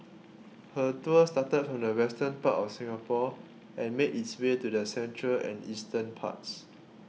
her tour started from the western part of Singapore and made its way to the central and eastern parts